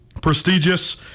prestigious